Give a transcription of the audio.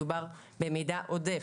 מדובר במידע עודף,